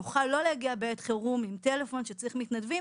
נוכל לא להגיע בעת חירום עם טלפון שאנחנו צריכים מתנדבים